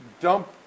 dump